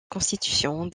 constitution